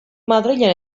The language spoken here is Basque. madrilen